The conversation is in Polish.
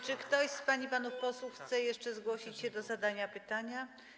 Czy ktoś z pań i panów posłów chce jeszcze zgłosić się do zadania pytania?